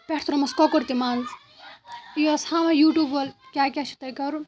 پٮ۪ٹھٕ ترٛوومَس کۄکُر تہِ منٛز یہِ ٲسۍ ہاوان یوٗٹیوٗب وٲلۍ کیٛاہ کیٛاہ چھُو تۄہہِ کَرُن